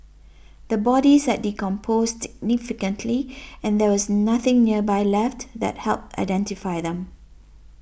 the bodies had decomposed nificantly and there was nothing nearby left that helped identify them